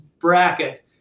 bracket